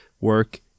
work